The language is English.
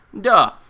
Duh